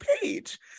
page